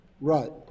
Right